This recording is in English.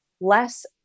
less